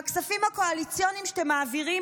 עם הכספים הקואליציוניים שאתם מעבירים